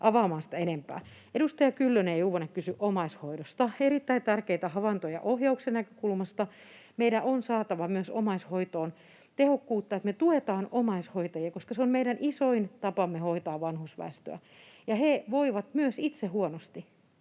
avaamaan sitä enempää. Edustaja Kyllönen ja Juvonen kysyivät omaishoidosta — erittäin tärkeitä havaintoja ohjauksen näkökulmasta. Meidän on saatava myös omaishoitoon tehokkuutta, että me tuetaan omaishoitajia, koska se on meidän isoin tapamme hoitaa vanhusväestöä. He voivat myös itse huonosti.